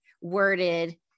worded